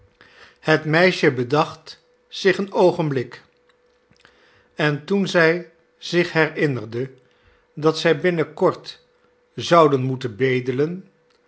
het meisje bedacht zich een oogenblik en toen zij zich herinnerde dat zij binnen kort zouden moeten bedelen